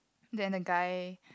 then the guy